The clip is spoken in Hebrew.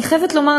אני חייבת לומר,